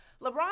LeBron